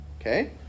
Okay